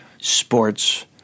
Sports